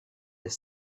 est